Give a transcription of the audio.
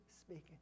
speaking